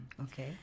Okay